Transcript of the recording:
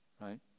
right